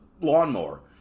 lawnmower